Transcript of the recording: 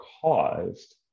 caused